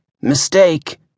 Mistake